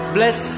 Bless